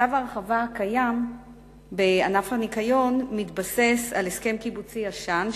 צו ההרחבה הקיים בענף הניקיון מתבסס על הסכם קיבוצי ישן,